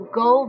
go